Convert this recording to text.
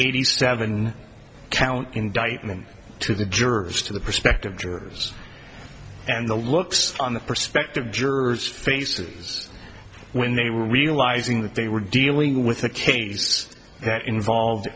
eighty seven count indictment to the jurors to the prospective jurors and the looks on the prospective jurors faces when they were realizing that they were dealing with a case that involve